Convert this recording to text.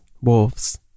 wolves